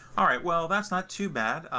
all right. well, that's not too bad.